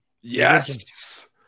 Yes